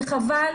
וחבל.